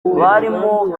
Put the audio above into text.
barimo